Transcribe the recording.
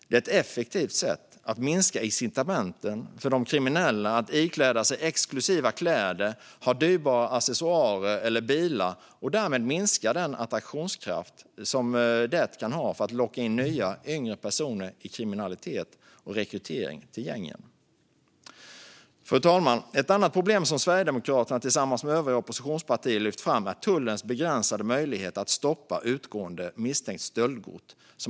Det är ett effektivt sätt att minska incitamenten för de kriminella att ikläda sig exklusiva kläder och ha dyrbara accessoarer eller bilar och därmed minska den attraktionskraft det kan ha för att locka in nya, yngre personer i kriminalitet och vid gängrekrytering. Ett annat problem som Sverigedemokraterna tillsammans med övriga oppositionspartier har lyft fram är tullens begränsade möjligheter att stoppa utgående misstänkt stöldgods.